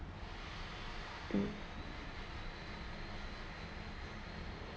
mm